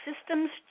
systems